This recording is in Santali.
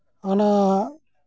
ᱚᱱᱮ